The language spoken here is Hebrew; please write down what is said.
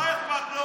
אבל מה אכפת לו?